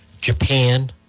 Japan